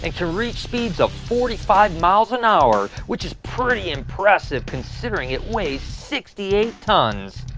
and can reach speeds of forty five miles an hour, which is pretty impressive, considering it weighs sixty eight tons.